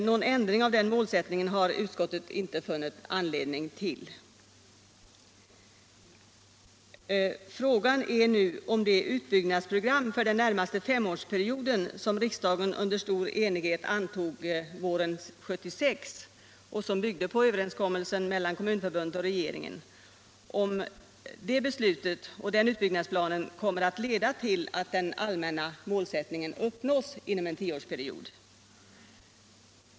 Någon ändring av den målsättningen har utskottet inte funnit anledning till. Frågan är nu om det utbyggnadsprogram för den närmaste femårsperioden som riksdagen under stor enighet antog våren 1976 och som byggde på överenskommelse mellan Kommunförbundet och regeringen kommer att leda till att den allmänna målsättningen uppnås inom en tioårsperiod.